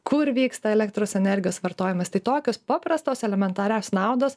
kur vyksta elektros energijos vartojimas tai tokios paprastos elementarios naudos